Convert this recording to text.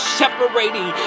separating